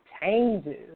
changes